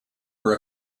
were